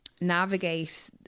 navigate